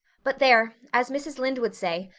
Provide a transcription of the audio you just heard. but there, as mrs. lynde would say,